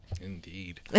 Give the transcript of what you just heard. Indeed